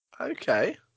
Okay